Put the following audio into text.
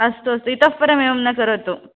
अस्तु अस्तु इतःपरम् एवं न करोतु